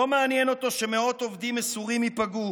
לא מעניין אותו שמאות עובדים מסורים ייפגעו